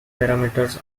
parameters